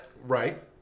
Right